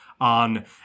on